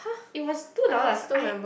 it was two dollars I